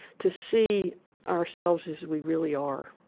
to see ourselves as we really are.